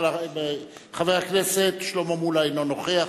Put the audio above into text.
חבר הכנסת שלמה מולה, אינו נוכח.